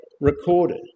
recorded